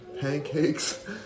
pancakes